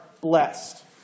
blessed